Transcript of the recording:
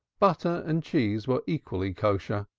butter and cheese were equally kosher,